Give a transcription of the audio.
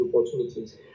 opportunities